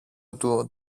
του